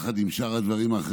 עם שאר הדברים,